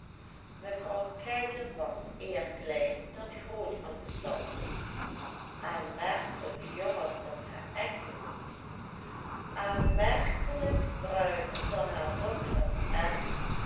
aanmerkelijk jonger dan haar echtgenoot aanmerkelijk bruiner dan haar dochter en